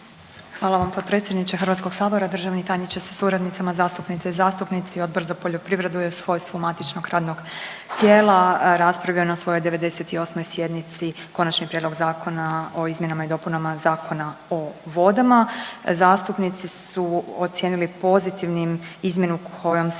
Hvala vam potpredsjedniče HS-a, državni tajniče sa suradnicama, zastupnice i zastupnici. Odbor za poljoprivredu je u svojstvu matičnog radnog tijela raspravio na svojoj 98. sjednici Konačni prijedlog zakona o izmjenama i dopunama Zakona o vodama. Zastupnici su ocijenili pozitivnim izmjenu kojom se